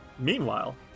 Meanwhile